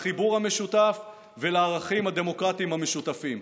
לחיבור המשותף ולערכים הדמוקרטיים המשותפים.